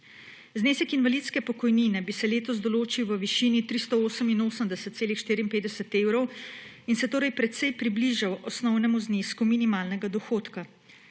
Znesek invalidske pokojnine bi se letos določil v višini 388,54 evra in se torej precej približal osnovnemu znesku minimalnega dohodka.